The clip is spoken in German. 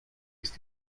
ist